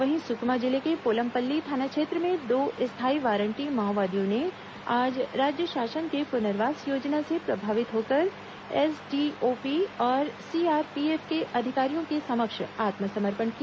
वहीं सुकमा जिले के पोलमपल्ली थाना क्षेत्र में दो स्थाई वारंटी माओवादियों ने आज राज्य शासन के पुनर्वास योजना से प्रभावित होकर एसडीओपी और सीआरपीएफ के अधिकारियों के समक्ष आत्मसमर्पण किया